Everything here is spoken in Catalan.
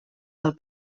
del